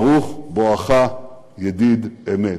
ברוך בואך, ידיד אמת.